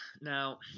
Now